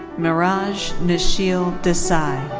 miraj nishil desai.